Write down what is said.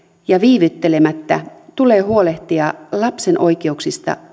ja viivyttelemättä tulee huolehtia lapsen oikeuksista